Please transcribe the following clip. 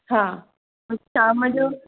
हा शाम जो